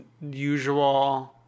usual